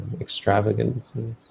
extravagances